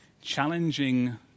challenging